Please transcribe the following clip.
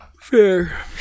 Fair